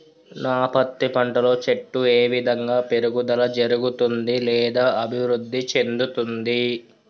నా పత్తి పంట లో చెట్టు ఏ విధంగా పెరుగుదల జరుగుతుంది లేదా అభివృద్ధి చెందుతుంది?